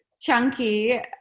chunky